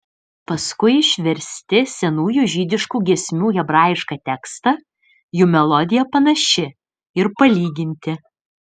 paskui išversti senųjų žydiškų giesmių hebrajišką tekstą jų melodija panaši ir palyginti